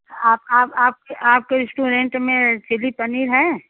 आप आप आपके आपके रेस्टोरेंट में चिल्ली पनीर है